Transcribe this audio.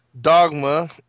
Dogma